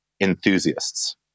enthusiasts